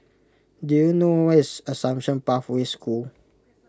do you know where is Assumption Pathway School